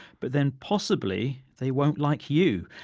but then possibly they won't like you.